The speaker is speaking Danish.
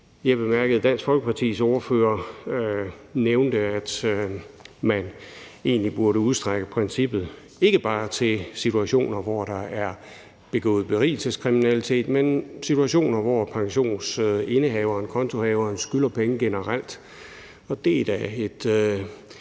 Dansk Folkepartis ordfører nævnte, at man egentlig burde udstrække princippet til ikke bare situationer, hvor der er begået berigelseskriminalitet, men også situationer, hvor pensionsindehaveren, kontohaveren, skylder penge generelt.